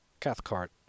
Cathcart